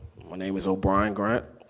my name is o'brien grant.